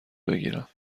بگیرم